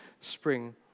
spring